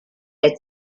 der